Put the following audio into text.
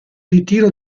ritiro